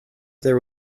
there